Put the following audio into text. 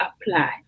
apply